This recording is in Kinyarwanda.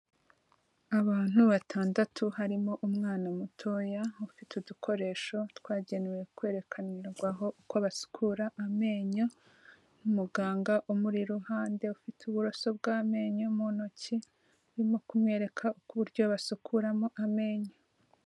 Abantu batandatu harimo umwana mutoya ufite udukoresho twagenewe kwerekanirwaho uko basukura amenyo n'umuganga umuri iruhande ufite uburoso bw'amenyo mu ntoki, urimo kumwereka uko uburyo basukuramo amenyo.